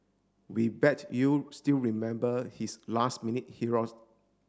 we bet you still remember his last minute heroes